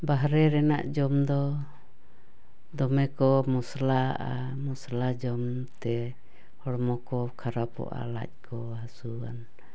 ᱵᱟᱨᱦᱮ ᱨᱟᱱᱟᱜ ᱡᱚᱢ ᱫᱚ ᱫᱚᱢᱮ ᱠᱚ ᱢᱚᱥᱞᱟᱣᱟᱜᱼᱟ ᱢᱚᱥᱞᱟ ᱡᱚᱢ ᱛᱮ ᱦᱚᱲᱢᱚ ᱠᱚ ᱠᱷᱟᱨᱟᱯᱚᱜᱼᱟ ᱞᱟᱡ ᱠᱚ ᱦᱟᱹᱥᱩᱭᱟᱱ